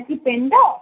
আপনি কি পেন্টার